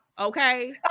Okay